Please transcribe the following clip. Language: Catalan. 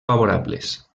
favorables